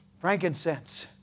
Frankincense